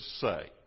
say